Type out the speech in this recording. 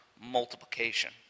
multiplication